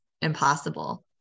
impossible